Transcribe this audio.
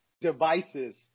devices